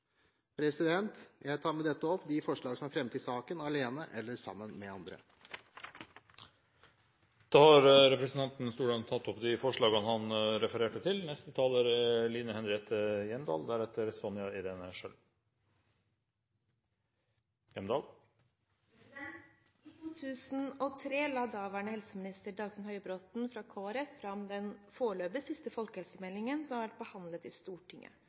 Jeg tar med dette opp de forslagene som Fremskrittspartiet har vært med på å fremme i denne saken. Representanten Morten Stordalen har tatt opp de forslagene han refererte til. I 2003 la daværende helseminister Dagfinn Høybråten fra Kristelig Folkeparti fram den foreløpig siste folkehelsemeldingen som har vært behandlet i Stortinget,